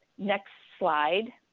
next slide.